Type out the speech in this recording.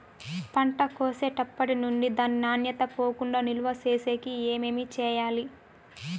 పంట కోసేటప్పటినుండి దాని నాణ్యత పోకుండా నిలువ సేసేకి ఏమేమి చేయాలి?